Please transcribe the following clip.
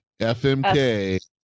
FMK